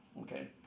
Okay